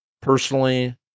Personally